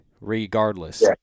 regardless